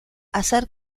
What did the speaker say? hacer